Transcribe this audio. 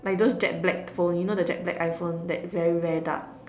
like those jet black phone you know the jet black iPhone that very very dark